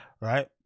right